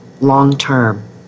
long-term